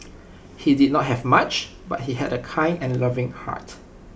he did not have much but he had A kind and loving heart